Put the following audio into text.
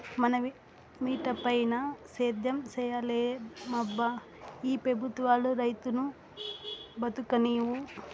మన మిటపైన సేద్యం సేయలేమబ్బా ఈ పెబుత్వాలు రైతును బతుకనీవు